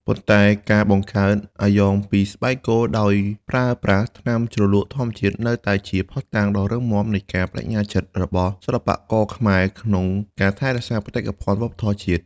ប៉ុន្តែការបង្កើតអាយ៉ងពីស្បែកគោដោយប្រើប្រាស់ថ្នាំជ្រលក់ធម្មជាតិនៅតែជាភស្តុតាងដ៏រឹងមាំនៃការប្តេជ្ញាចិត្តរបស់សិល្បករខ្មែរក្នុងការថែរក្សាបេតិកភណ្ឌវប្បធម៌ជាតិ។